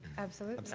absolutely. so